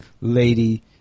lady